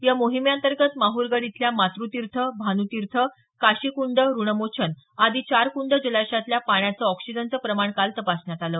या मोहिमेअंतर्गत माहर गड इथल्या मातृतीर्थ भान्तीर्थ काशीकृंड ऋणमोचन आदि चार कृंड जलाशयातल्या पाण्याचं ऑक्सिजनचं प्रमाण काल तपासण्यात आलं